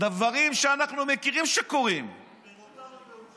דברים שאנחנו מכירים שקורים, פירותיו הבאושים.